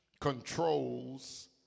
Controls